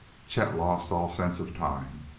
chet lost all sense of time.